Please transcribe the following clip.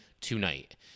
tonight